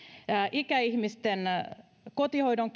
ikäihmisten kotihoidon